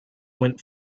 went